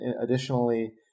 additionally